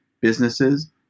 businesses